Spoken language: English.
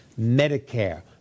Medicare